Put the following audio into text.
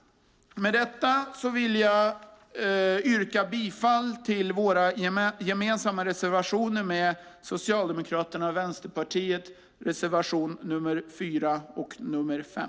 Med detta yrkar jag bifall till de reservationer som vi har gemensamt med Socialdemokraterna och Vänsterpartiet, nämligen reservationerna 4 och 5.